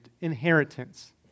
inheritance